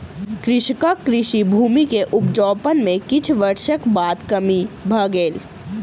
कृषकक कृषि भूमि के उपजाउपन में किछ वर्षक बाद कमी भ गेल